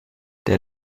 der